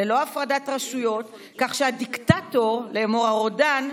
ללא הפרדת רשויות", כך שהדיקטטור, לאמור הרודן,